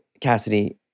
Cassidy